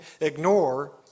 ignore